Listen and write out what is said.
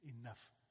enough